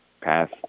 Pass